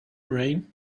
rain